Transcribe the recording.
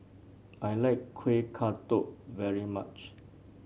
I like Kueh Kodok very much